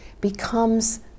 becomes